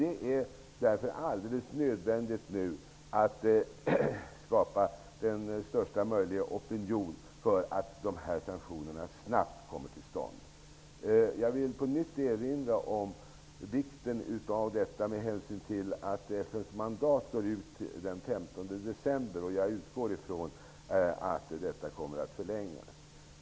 Det är därför nu alldeles nödvändigt att skapa största möjliga opinion för att dessa sanktioner snabbt kommer till stånd. Jag vill på nytt erinra om vikten av detta, med hänsyn till att FN:s mandat går ut den 15 december. Jag utgår ifrån att det kommer att förlängas.